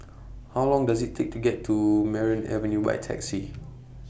How Long Does IT Take to get to Merryn Avenue By Taxi